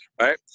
Right